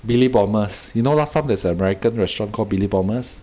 Billy Bombers you know last time there's a american restaurant called Billy Bombers